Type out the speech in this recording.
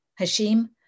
Hashim